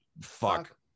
fuck